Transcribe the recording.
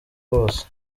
wose